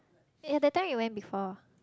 yea that time we went before